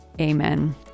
Amen